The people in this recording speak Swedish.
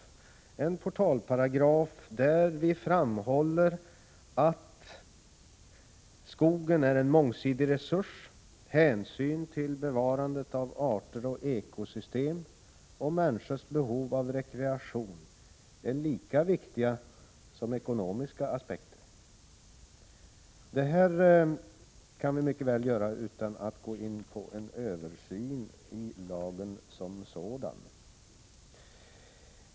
I denna portalparagraf kan vi framhålla att skogen är en mångsidig resurs, där hänsyn till bevarandet av arter och ekosystem och människors behov av 47 rekreation är lika viktig som ekonomiska aspekter. Detta kan vi mycket väl göra utan att gå in på en översyn av lagen som sådan.